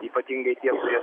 ypatingai tie kurie